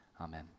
Amen